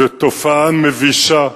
זאת תופעה מבישה,